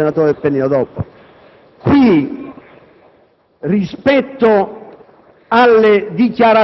Governo, io non lo voto,